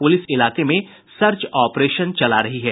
police इलाके में search operation चला रही है